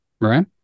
right